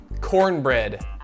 cornbread